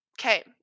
Okay